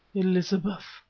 elizabeth!